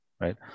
right